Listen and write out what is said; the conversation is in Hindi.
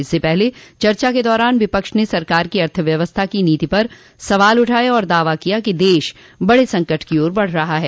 इससे पहले चर्चा के दौरान विपक्ष ने सरकार की अर्थव्यवस्था की नीति पर सवाल उठाये और दावा किया कि देश बड़े संकट की ओर बढ़ रहा है